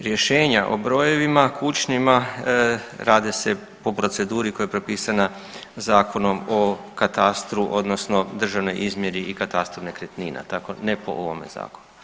Rješenja o brojevima kućnima rade se po proceduri koja je propisana Zakonom o katastru odnosno državnoj izmjeri i katastru nekretnina, tako ne po ovome zakonu.